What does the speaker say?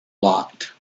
lot